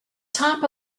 top